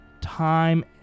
time